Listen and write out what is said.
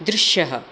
दृश्यः